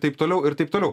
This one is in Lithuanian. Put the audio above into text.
taip toliau ir taip toliau